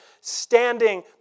standing